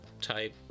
type